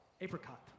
apricot